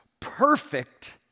perfect